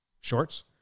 shorts